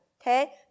okay